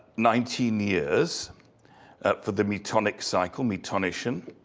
nineteen years for the metonic cycle, metonischen.